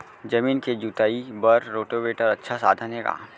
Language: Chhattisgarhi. जमीन के जुताई बर रोटोवेटर अच्छा साधन हे का?